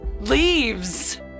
leaves